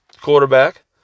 quarterback